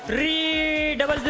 a double